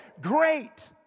Great